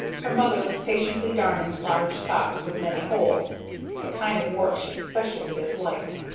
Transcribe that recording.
her mother was patiently darning large socks with many holes a kind of work she specially disliked.